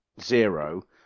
zero